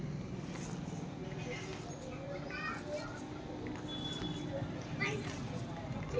ಹಸಿದ್ರಾಕ್ಷಿಯೊಳಗ ಎಂಬತ್ತೊಂದ ಪರ್ಸೆಂಟ್ ನೇರು, ಹದಿನೆಂಟ್ ಪರ್ಸೆಂಟ್ ಕಾರ್ಬೋಹೈಡ್ರೇಟ್ ಒಂದ್ ಪರ್ಸೆಂಟ್ ಪ್ರೊಟೇನ್ ಇರತೇತಿ